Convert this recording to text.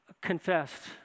confessed